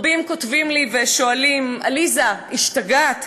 רבים כותבים לי ושואלים: עליזה, השתגעת?